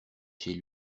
chez